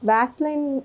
Vaseline